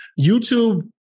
YouTube